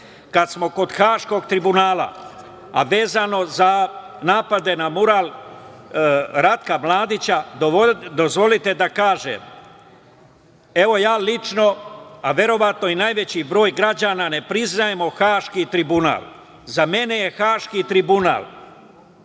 smo kod Haškog tribunala, a vezano za napade na mural Ratka Mladića, dozvolite da kažem, evo ja lično, a verovatno i najveći broj građana, ne priznajemo Haški tribunal. Za mene je Haški tribunal